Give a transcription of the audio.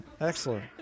excellent